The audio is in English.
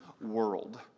world